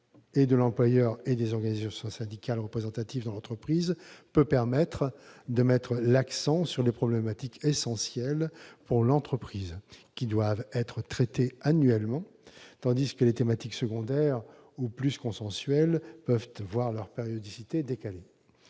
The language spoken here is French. et de l'employeur et des organisations syndicales représentatives dans l'entreprise, cet outil permettra de mettre l'accent sur les problématiques essentielles qui doivent être traitées annuellement, tandis que les thématiques secondaires, ou plus consensuelles, pourront voir leur périodicité décalée.